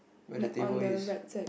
where the table is